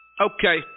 Okay